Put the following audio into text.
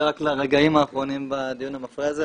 רק לרגעים האחרונים בדיון המפרה הזה.